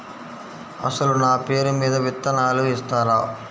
అసలు నా పేరు మీద విత్తనాలు ఇస్తారా?